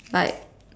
like